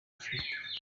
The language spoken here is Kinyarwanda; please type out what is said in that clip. afurika